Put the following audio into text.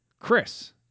chris